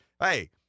hey